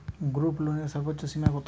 গ্রুপলোনের সর্বোচ্চ সীমা কত?